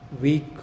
weak